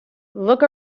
look